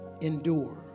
endure